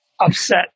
upset